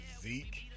Zeke